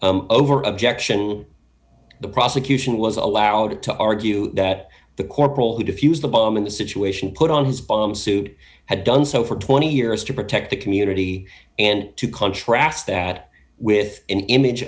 briefly over objection the prosecution was allowed to argue that the corporal who defuse the bomb in the situation put on his bomb suit had done so for twenty years to protect the community and to contrast that with an image